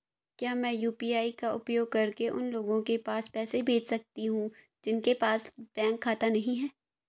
क्या मैं यू.पी.आई का उपयोग करके उन लोगों के पास पैसे भेज सकती हूँ जिनके पास बैंक खाता नहीं है?